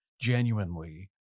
genuinely